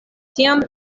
tiam